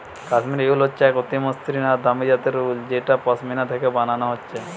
কাশ্মীর উল হচ্ছে এক অতি মসৃণ আর দামি জাতের উল যেটা পশমিনা থিকে বানানা হচ্ছে